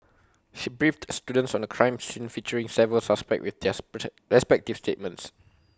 she briefed the students on A crime scene featuring several suspects with their respective statements